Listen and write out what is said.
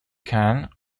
can